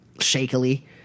shakily